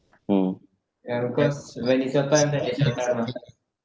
ya because when it's your time then it's your time ah